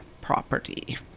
property